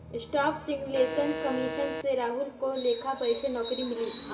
staff selection commission से राहुल को लेखा परीक्षक नौकरी मिली